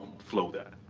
flow that.